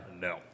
No